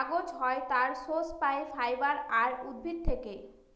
কাগজ হয় তার সোর্স পাই ফাইবার আর উদ্ভিদ থেকে